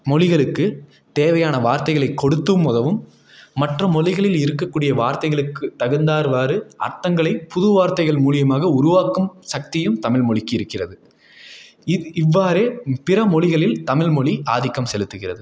மொழிகளுக்கு தேவையான வார்த்தைகளை கொடுத்தும் உதவும் மற்ற மொழிகளில் இருக்கக்கூடிய வார்த்தைகளுக்கு தகுத்தாவாறு அர்த்தங்களை புது வார்த்தைகள் மூலயமாக உருவாக்கும் சக்தியும் தமிழ் மொழிக்கு இருக்கிறது இது இவ்வாறே பிற மொழிகளில் தமிழ் மொழி ஆதிக்கம் செலுத்துகிறது